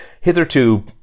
hitherto